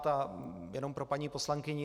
A jenom pro paní poslankyni.